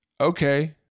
okay